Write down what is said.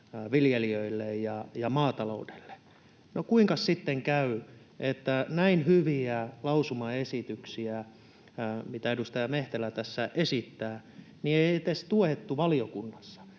viljelijöille ja maataloudelle. No, kuinkas sitten kävi, että näin hyviä lausumaesityksiä, joita edustaja Mehtälä tässä esittää, ei edes tuettu valiokunnassa,